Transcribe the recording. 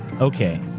Okay